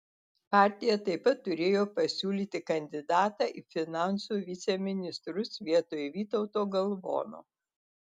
partija taip pat turėjo pasiūlyti kandidatą į finansų viceministrus vietoj vytauto galvono